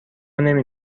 نمی